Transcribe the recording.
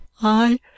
I